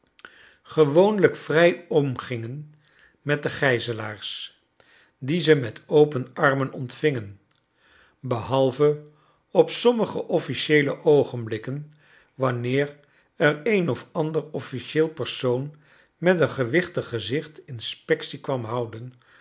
lijk vrij omgingen met de gijzelaars die ze met open armen ontvingen behalve op sommige officieele oogenblikken wanneer er een of axider officieel persoon met een gewichtig gezicht inspeotie kwaui houden